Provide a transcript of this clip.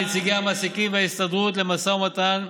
נציגי המעסיקים וההסתדרות במשא ומתן,